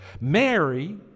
Mary